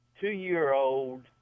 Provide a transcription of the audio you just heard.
two-year-old